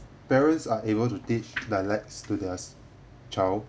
parents are able to teach dialects to their child